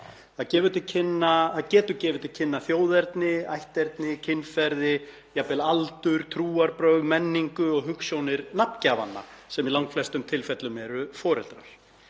Það getur gefið til kynna þjóðerni, ætterni, kynferði, jafnvel aldur, trúarbrögð, menningu og hugsjónir nafngjafanna sem í langflestum tilfellum eru foreldrar.